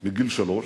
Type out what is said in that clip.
מגיל שלוש.